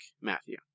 Matthew